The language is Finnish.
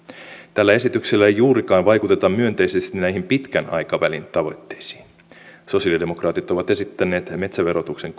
tällä esityksellä ei juurikaan vaikuteta myönteisesti näihin pitkän aikavälin tavoitteisiin sosialidemokraatit ovat esittäneet metsäverotuksen